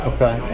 Okay